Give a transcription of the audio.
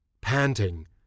Panting